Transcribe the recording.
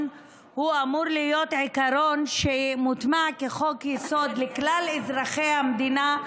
אמור להיות מוטמע כחוק-יסוד לכלל אזרחי המדינה,